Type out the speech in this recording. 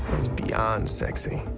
beyond sexy.